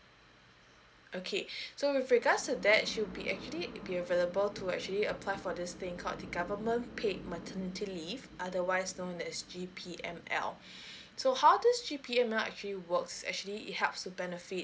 okay so with regards to that she will be actually be available to actually apply for this thing called the government paid maternity leave otherwise known as G_P_M_L so how does G_P_M_L actually works actually it helps to benefit